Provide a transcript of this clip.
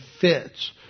fits